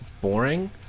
boring